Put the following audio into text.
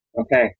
Okay